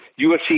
UFC